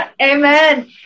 Amen